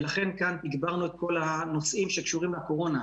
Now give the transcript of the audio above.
ולכן כאן תגברנו את כל הנושאים שקשורים לקורונה.